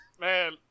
Man